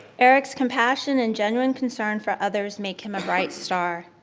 eric's compassion and genuine concern for others make him a bright star.